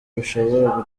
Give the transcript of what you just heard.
bishobora